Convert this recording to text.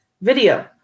video